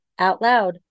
OUTLOUD